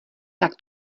tak